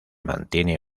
mantiene